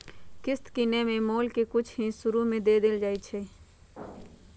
किस्त किनेए में मोल के कुछ हिस शुरू में दे देल जाइ छइ